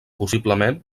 possiblement